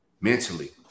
mentally